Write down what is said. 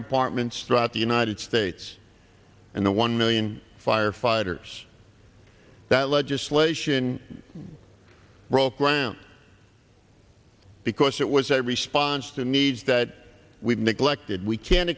departments throughout the united states and the one million firefighters that legislation broke ground because it was a response to needs that we've neglected we can